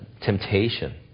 temptation